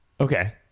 okay